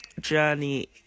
journey